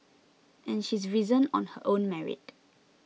and she's risen on her own merit